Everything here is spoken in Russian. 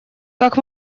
как